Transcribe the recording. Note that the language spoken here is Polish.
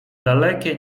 dalekie